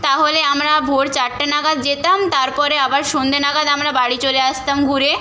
তাহলে আমরা ভোর চারটে নাগাদ যেতাম তার পরে আবার সন্ধ্যে নাগাদ আমরা বাড়ি চলে আসতাম ঘুরে